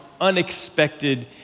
unexpected